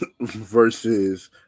versus